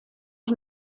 nie